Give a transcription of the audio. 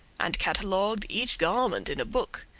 and catalogued each garment in a book.